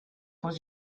was